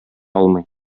алмый